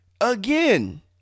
again